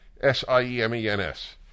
S-I-E-M-E-N-S